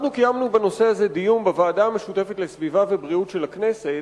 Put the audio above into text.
אנחנו קיימנו בנושא הזה דיון בוועדה המשותפת לסביבה ובריאות של הכנסת,